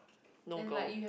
no go